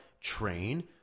train